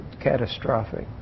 catastrophic